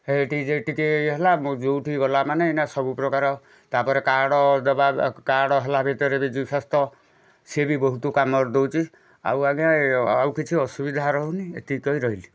ହେଇଟି ଯେ ଟିକେ ଇଏ ହେଲା ଯେଉଁଠି ଗଲା ମାନେ ସବୁ ପ୍ରକାର ତା ପରେ କାର୍ଡ଼ ଦେବା କାର୍ଡ଼ ହେଲା ଭିତରେ ବିଜୁ ସ୍ୱାସ୍ଥ୍ୟ ସେ ବି ବହୁତ କାମ ଦେଉଛି ଆଉ ଆଜ୍ଞା ଆଉ କିଛି ଅସୁବିଧା ରହୁନି ଏତିକି କହି ରହିଲି